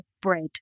bread